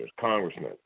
congressmen